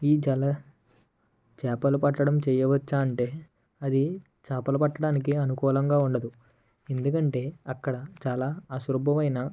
ఈ జల చేపలు పట్టడం చెయ్యవచ్చా అంటే అది చేపలు పట్టడానికి అనుకూలంగా ఉండదు ఎందుకంటే అక్కడ చాలా అశుభ్రమైన